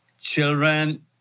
children